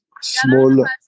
Small